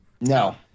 no